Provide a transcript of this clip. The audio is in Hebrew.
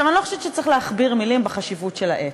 אני לא חושבת שצריך להכביר מילים על החשיבות של העץ,